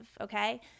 okay